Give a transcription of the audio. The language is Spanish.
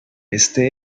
este